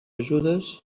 ajudes